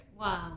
Wow